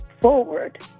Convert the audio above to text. forward